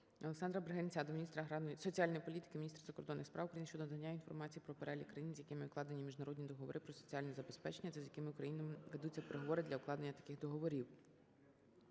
ОлександраБригинця до міністра соціальної політики, міністра закордонних справ України щодо надання інформації про перелік країн, з якими укладені міжнародні договори про соціальне забезпечення, та з якими країнами ведуться переговори для укладення таких договорів.